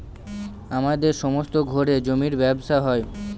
আমাদের সমস্ত ঘরে জমির ব্যবসা হয়